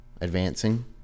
advancing